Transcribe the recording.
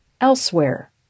elsewhere